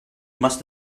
must